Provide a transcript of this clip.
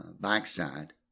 backside